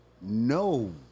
No